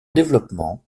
développement